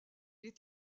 est